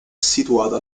situata